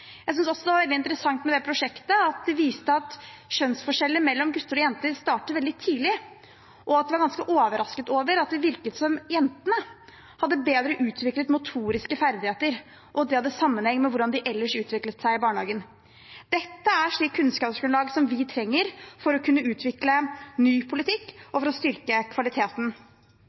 Jeg synes også det var veldig interessant at prosjektet viste at kjønnsforskjeller mellom gutter og jenter starter veldig tidlig. Man var ganske overrasket over at det virket som jentene hadde bedre utviklede motoriske ferdigheter, og at det hadde sammenheng med hvordan de ellers utviklet seg i barnehagen. Dette er slikt kunnskapsgrunnlag som vi trenger for å kunne utvikle ny politikk og for å styrke kvaliteten.